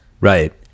Right